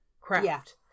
craft